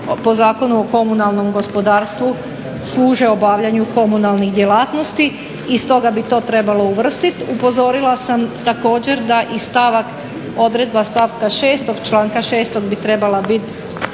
po Zakonu o komunalnom gospodarstvu služe obavljanju komunalnih djelatnosti i stoga bi to trebalo uvrstiti. Upozorila sam također da i stavak, odredba stavka 6. članka 6. bi trebala biti